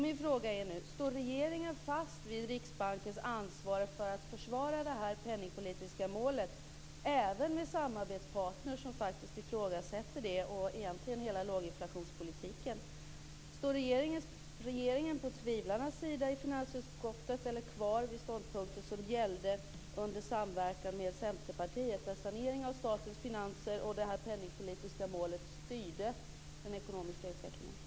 Min fråga är nu: Står regeringen fast vid Riksbankens ansvar för att försvara det penningpolitiska målet, även med samarbetspartner som faktiskt ifrågasätter detta och egentligen hela låginflationspolitiken? Står regeringen på tvivlarnas sida i finansutskottet eller kvar vid de ståndpunkter som gällde under samverkan med Centerpartiet, där saneringen av statens finanser och detta penningpolitiska mål styrde den ekonomiska utvecklingen?